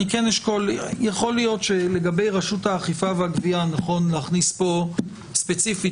יכול להיות שלגבי רשות האכיפה והגבייה נכון להכניס פה ספציפית,